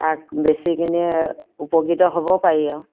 তাক বেছি কিনে উপকৃত হ'ব পাৰি আৰু